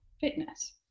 fitness